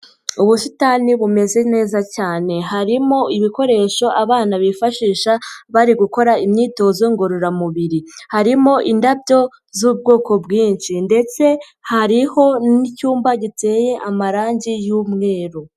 Ubusitani bumeze neza cyane harimo ibikoresho abana bifashisha bari gukora imyitozo ngororamubiri, harimo indabyo z'ubwoko bwinshi ndetse hariho n'icyumba giteye amarangi y'umweru.